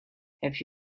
have